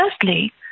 firstly